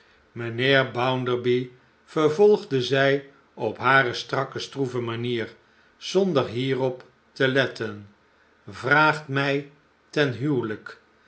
mijnheer bounderby vervolgde zij op hare strakke stroeve manier zonder hierop te letten vraagt mij ten huwelijk